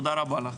תודה רבה לך.